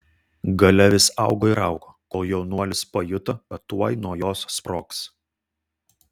galia vis augo ir augo kol jaunuolis pajuto kad tuoj nuo jos sprogs